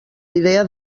idea